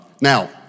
Now